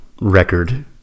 record